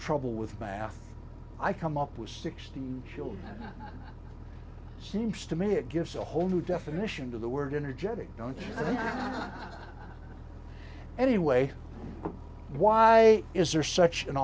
trouble with math i come up with sixteen children seems to me it gives a whole new definition to the word energetic don't anyway why is there such an